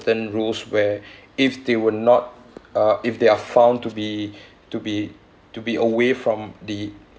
rules where if they were not uh if they are found to be to be to be away from the